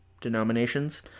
denominations